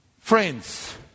Friends